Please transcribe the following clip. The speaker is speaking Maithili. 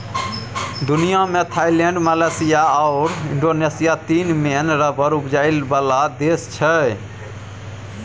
दुनियाँ मे थाइलैंड, मलेशिया आओर इंडोनेशिया तीन मेन रबर उपजाबै बला देश छै